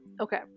Okay